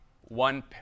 one